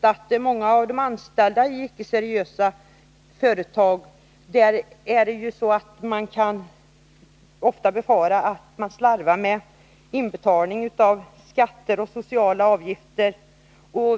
Många av de anställda i icke seriösa företag upplever att företagen slarvar med inbetalning av bl.a. skatter och sociala avgifter.